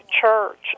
church